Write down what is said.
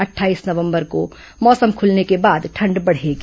अट्ठाईस नवंबर से मौसम खुलने के बाद ठंड बढ़ेगी